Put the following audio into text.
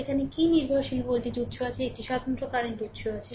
এখানে কি নির্ভরশীল ভোল্টেজ উৎস আছে একটি স্বতন্ত্র কারেন্ট উৎস আছে